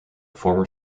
former